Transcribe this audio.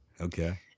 Okay